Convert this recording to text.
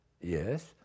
yes